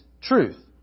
truth